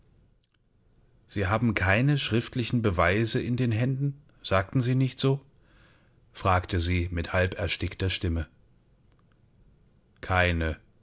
sie haben keine schriftlichen beweise in den händen sagten sie nicht so fragte sie mit halb erstickter stimme keine